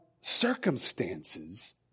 circumstances